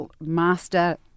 Master